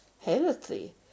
healthy